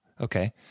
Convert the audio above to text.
Okay